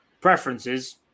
preferences